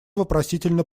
вопросительно